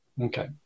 Okay